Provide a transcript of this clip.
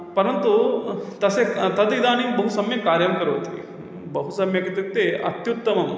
परन्तु तस्य तद् इदानीं बहु सम्यक् कार्यं करोति बहु सम्यक् इत्युक्ते अत्युत्तमम्